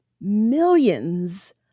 millions